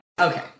Okay